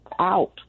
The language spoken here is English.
out